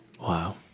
wow